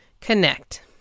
Connect